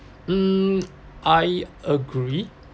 hmm I agree